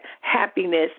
happiness